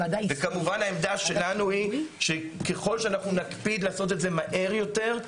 כמובן העמדה שלנו היא שככל שאנחנו נקפיד לעשות את זה מהר יותר,